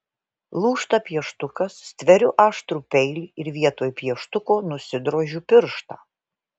lūžta pieštukas stveriu aštrų peilį ir vietoj pieštuko nusidrožiu pirštą